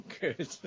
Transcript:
Good